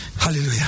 hallelujah